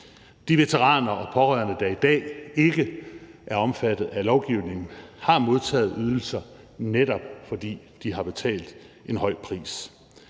og pårørende, der i dag ikke er omfattet af lovgivningen, har modtaget ydelser, netop fordi de har betalt en høj pris,